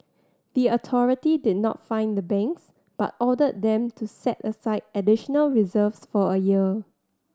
the authority did not fine the banks but ordered them to set aside additional reserves for a year